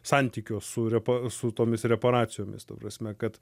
santykio su repa su tomis reparacijomis ta prasme kad